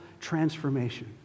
transformation